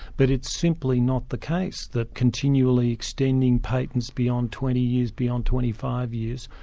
but it's simply not the case that continually extending patents beyond twenty years, beyond twenty five years,